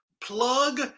plug